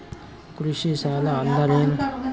ಕೃಷಿ ಸಾಲ ಅಂದರೇನು?